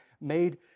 made